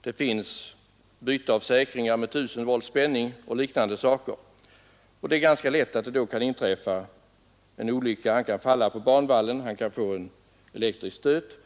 Det förekommer byte av säkringar med 1 000 volts spänning m.m. En olycka kan då lätt inträffa. Lokföraren kan falla på banvallen eller han kan få en elektrisk stöt.